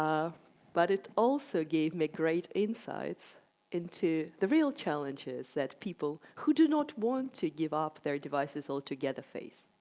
um but it also gave me great insights into the real challenges that people who do not want to give up their devices altogether face.